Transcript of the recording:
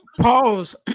pause